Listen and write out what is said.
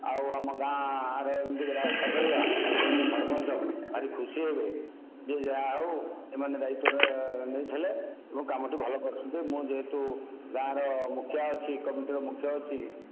ଆଉ ଆମ ଗାଁରେ ଏମିତି ରାସ୍ତା କରିବା ଯେମିତି ସରପଞ୍ଚ ଭାରି ଖୁସି ହେବେ ଯେ ଯାହା ହେଉ ଏମାନେ ଦାଇତ୍ୱଟା ନେଇଥିଲେ ଏବଂ କାମଟି ଭଲ କରିଛନ୍ତି ମୁଁ ଯେହେତୁ ଗାଁର ମୁଖିଆ ଅଛି କମିଟିର ମୁଖ୍ୟ ଅଛି